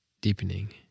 deepening